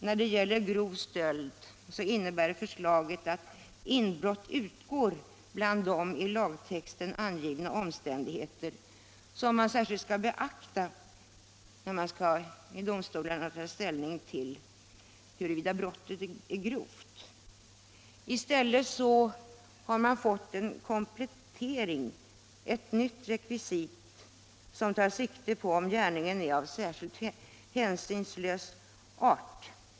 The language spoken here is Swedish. När det gäller grov stöld innebär förslagen att inbrott utgår ur de i lagtexten angivna omständigheter som man särskilt skall beakta när man i domstolarna skall ta ställning till huruvida brottet är grovt. I stället har man fått en komplettering, ett nytt rekvisit, som tar sikte på om gärningen är av särskilt hänsynslös art.